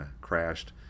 crashed